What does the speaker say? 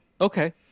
Okay